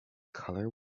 color